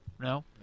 No